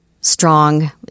strong